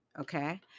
okay